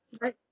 Right